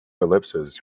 ellipses